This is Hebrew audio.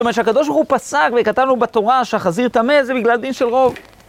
זאת אומרת שהקדוש ברוך הוא פסק, וכתב לנו בתורה שהחזיר טמא, זה בגלל דין של רוב.